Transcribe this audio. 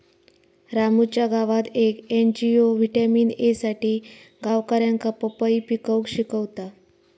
रामूच्या गावात येक एन.जी.ओ व्हिटॅमिन ए साठी गावकऱ्यांका पपई पिकवूक शिकवता